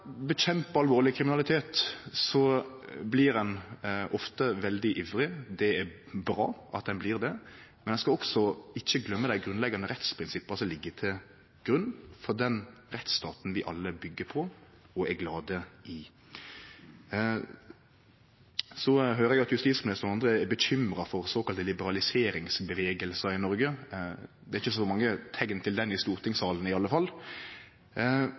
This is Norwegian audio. alvorleg kriminalitet, blir ein ofte veldig ivrig. Det er bra at ein blir det, men ein skal heller ikkje gløyme dei grunnleggjande rettsprinsippa som ligg til grunn for den rettsstaten vi alle byggjer på og er glade i. Så høyrer eg at justisministeren og andre er bekymra for såkalla liberaliseringsrørsler i Noreg. Det er ikkje så mange teikn til det i stortingssalen i alle fall,